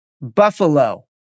Buffalo